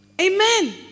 Amen